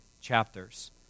chapters